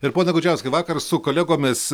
ir pone gudžiauskai vakar su kolegomis